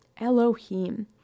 Elohim